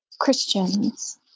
Christians